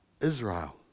Israel